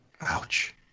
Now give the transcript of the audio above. Ouch